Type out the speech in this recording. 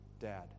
dad